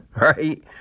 right